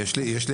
יש לי שאלה.